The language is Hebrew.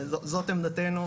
זאת עמדתנו,